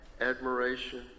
admiration